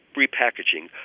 repackaging